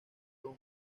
room